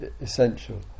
essential